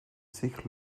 sich